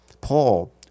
Paul